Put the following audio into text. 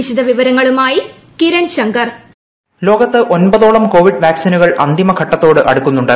വിശദവിവരങ്ങളുമായി കിരൺ ശങ്കർ വോയ്സ് ലോകത്ത് ഒമ്പതോളം കോവിഡ് വാക്സിനുകൾ അന്തിമ ഘട്ടത്തോട് അടുക്കുന്നുണ്ട്